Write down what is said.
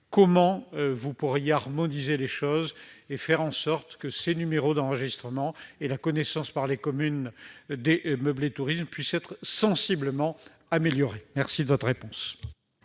comment harmoniser les choses et faire en sorte que ces numéros d'enregistrement et la connaissance par les communes des meublés de tourisme puissent être sensiblement améliorés ? La parole